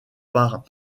par